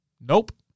Nope